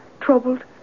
Troubled